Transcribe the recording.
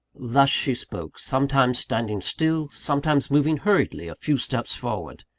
thus she spoke sometimes standing still, sometimes moving hurriedly a few steps forward.